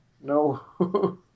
no